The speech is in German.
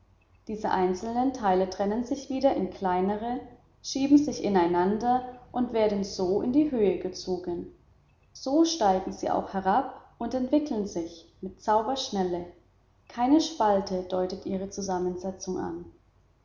diese einzelnen teile trennen sich wieder in kleinere schieben sich ineinander und werden so in die höhe gezogen so steigen sie auch herab und entwickeln sich mit zauberschnelle keine spalte deutet ihre zusammensetzung an